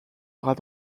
bras